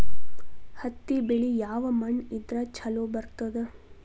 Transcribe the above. ಹತ್ತಿ ಬೆಳಿ ಯಾವ ಮಣ್ಣ ಇದ್ರ ಛಲೋ ಬರ್ತದ?